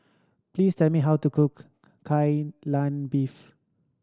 please tell me how to cook Kai Lan Beef